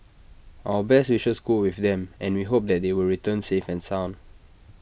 our best wishes go with them and we hope that they will return safe and sound